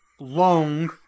long